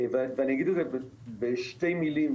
אני אגיד את זה בשתי מילים,